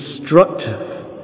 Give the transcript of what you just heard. destructive